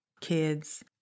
kids